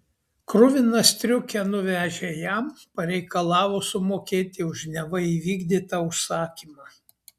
kruviną striukę nuvežę jam pareikalavo sumokėti už neva įvykdytą užsakymą